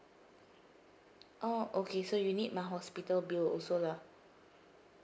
oh okay so you need my hospital bill also lah